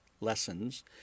lessons